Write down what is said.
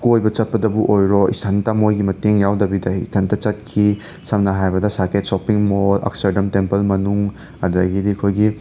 ꯀꯣꯏꯕ ꯆꯠꯄꯗꯕꯨ ꯑꯣꯏꯔꯣ ꯏꯁꯟꯇ ꯃꯣꯏꯒꯤ ꯃꯇꯦꯡ ꯌꯥꯎꯗꯕꯤꯗ ꯏꯊꯟꯇ ꯆꯠꯈꯤ ꯁꯝꯅ ꯍꯥꯏꯔꯕꯗ Saket shopping mall Akshardham temple ꯃꯅꯨꯡ ꯑꯗꯒꯤꯗꯤ ꯑꯩꯈꯣꯏꯒꯤ